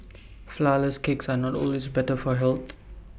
Flourless Cakes are not always better for health